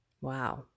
Wow